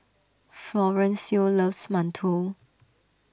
Florencio loves Mantou